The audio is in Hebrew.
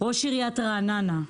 ראש עיריית רעננה.